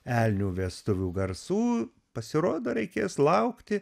elnių vestuvių garsų pasirodo reikės laukti